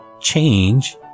Change